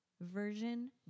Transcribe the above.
version